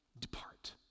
Depart